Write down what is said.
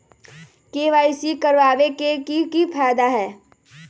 KYC करवाबे के कि फायदा है?